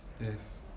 Yes